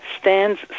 stands